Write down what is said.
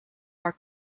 are